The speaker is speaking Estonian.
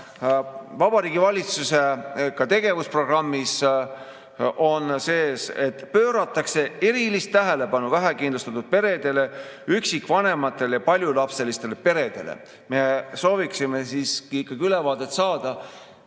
Vabariigi Valitsuse tegevusprogrammis on sees, et pööratakse erilist tähelepanu vähekindlustatud peredele, üksikvanematele ja paljulapselistele peredele. Me sooviksime ikkagi saada ülevaadet, mida